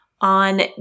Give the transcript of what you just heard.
on